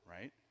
right